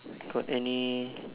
got any